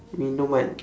minuman